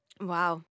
wow